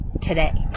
today